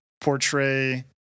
portray